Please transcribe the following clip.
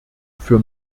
für